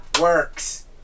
works